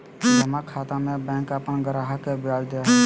जमा खाता में बैंक अपन ग्राहक के ब्याज दे हइ